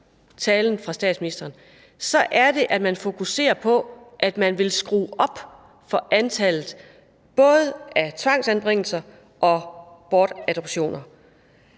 talen fra statsministeren i aviserne – er, at man fokuserer på, at man vil skrue op for antallet af både tvangsanbringelser og bortadoptioner.